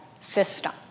system